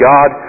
God